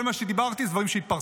כל מה שדיברתי זה דברים שהתפרסמו.